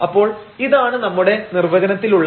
അപ്പോൾ ഇതാണ് നമ്മുടെ നിർവചനത്തിൽ ഉള്ള dy